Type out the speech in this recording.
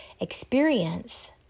experience